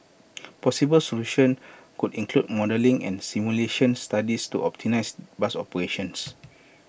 possible solution could include modelling and simulation studies to optimise bus operations